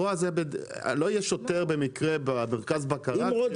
לא יהיה שוטר במרכז הבקרה?